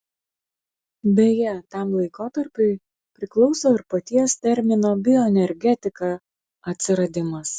beje tam laikotarpiui priklauso ir paties termino bioenergetika atsiradimas